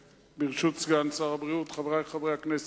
ברשות סגן שר הבריאות, חברי חברי הכנסת,